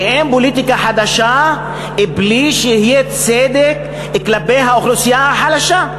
שאין פוליטיקה חדשה בלי שיהיה צדק כלפי האוכלוסייה החלשה.